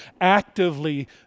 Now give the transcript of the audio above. actively